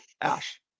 Ash